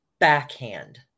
backhand